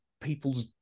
people's